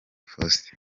faustin